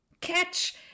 catch